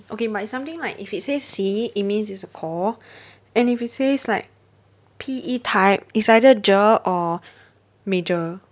okay might something like if it says C it means it's a core and if it says like P_E type it's either GER or major